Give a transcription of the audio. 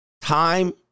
Time